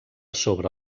sobre